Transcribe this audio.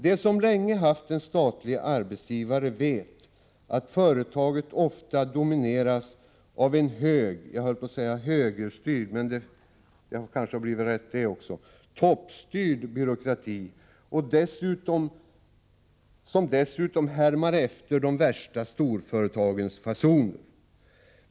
De som länge haft en statlig arbetsgivare vet att företaget ofta domineras av en hög — jag höll på att säga högerstyrd, men det hade kanske också blivit rätt — toppstyrd byråkrati, som dessutom tar efter de värsta storföretagens fasoner.